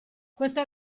queste